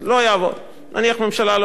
נניח, הממשלה לא היתה מעבירה את החוק.